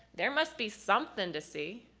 there must be something to see.